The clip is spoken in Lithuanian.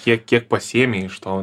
tiek kiek pasiėmei iš to